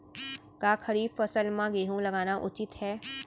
का खरीफ फसल म गेहूँ लगाना उचित है?